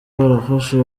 barafashe